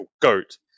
goat